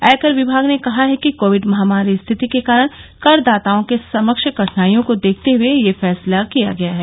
आयकर विभाग ने कहा है कि कोविड महामारी स्थिति के कारण करदाताओं के समक्ष कठिनाइयों को देखते हुए यह फैसला किया गया है